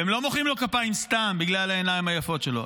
והם לא מוחאים לו כפיים סתם בגלל העיניים היפות שלו,